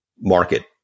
market